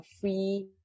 free